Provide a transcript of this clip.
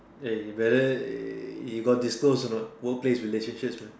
eh you better eh you got disclose or not workplace relationships man